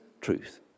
truth